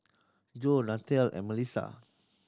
Joe Nathalie and Melisa